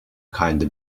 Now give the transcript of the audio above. kinda